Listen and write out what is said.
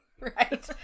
Right